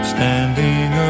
Standing